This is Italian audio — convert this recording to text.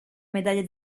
medaglia